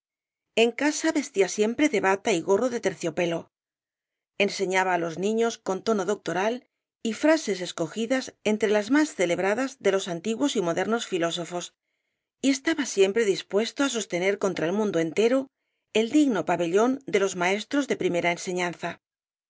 en casa vestía siempre de bata y gorro de terciopelo enseñaba á los niños con tono doctoral y frases escogidas entre las más celebradas de los antiguos y modernos filósofos y estaba siempre dispuesto á sostener contra el mundo entero el digno pabellón de los maestros de primera enseñanza